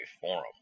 forum